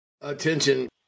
attention